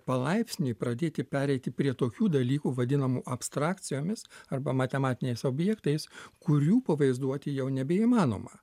palaipsniui pradėti pereiti prie tokių dalykų vadinamų abstrakcijomis arba matematiniais objektais kurių pavaizduoti jau nebeįmanoma